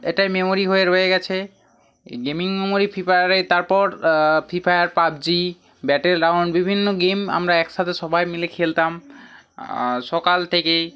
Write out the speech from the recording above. এটাই মেমোরি হয়ে রয়ে গেছে এই গেমিং মেমোরি ফ্রি ফায়ারে তারপর Free Fire PUBG battleground বিভিন্ন গেম আমরা একসাথে সবাই মিলে খেলতাম সকাল থেকেই